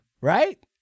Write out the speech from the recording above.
right